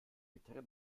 bittere